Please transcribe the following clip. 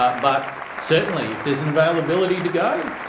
but but certainly, if there's an availability to go,